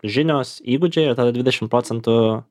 žinios įgūdžiai ir tada dvidešim procentų